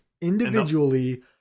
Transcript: individually